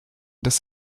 des